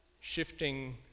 shifting